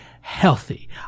healthy